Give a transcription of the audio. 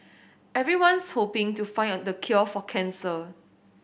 everyone's hoping to find a the cure for cancer